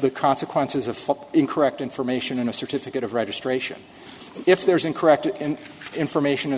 the consequences of incorrect information in a certificate of registration if there is incorrect and information